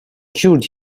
cured